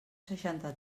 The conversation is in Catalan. seixanta